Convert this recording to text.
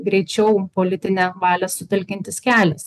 greičiau politinę valią sutelkiantis kelias